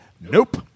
nope